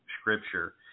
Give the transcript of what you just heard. scripture